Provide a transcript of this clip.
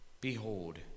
behold